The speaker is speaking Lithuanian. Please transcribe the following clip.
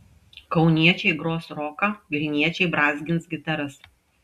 kauniečiai gros roką vilniečiai brązgins gitaras